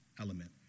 element